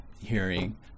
hearing